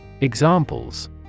Examples